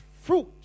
fruit